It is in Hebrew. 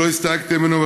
שלא הסתייגתם ממנו,